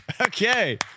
Okay